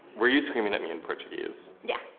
were you screaming at me in portuguese? yeah.